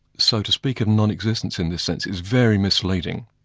so to speak of non-existence in this sense is very misleading.